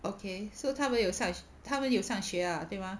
okay so 他们有上他们有上学啦对吗